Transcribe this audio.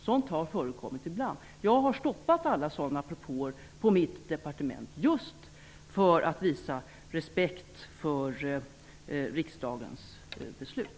Sådant har förekommit ibland. Jag har stoppat alla sådana propåer på mitt departement just för att visa respekt för riksdagens beslut.